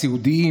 אנשי סיעוד,